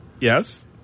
Yes